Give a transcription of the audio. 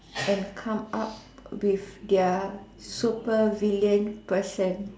and come up with their super villain person